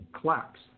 collapse